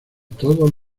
todos